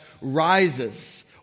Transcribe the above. rises